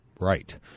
Right